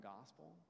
Gospel